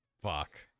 fuck